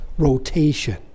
rotation